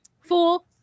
Fool